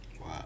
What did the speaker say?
Wow